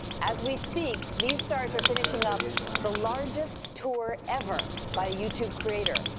as we speak, these stars are finishing up the largest tour ever by a youtube creator.